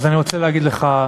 אז אני רוצה להגיד לך,